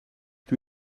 dwi